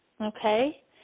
okay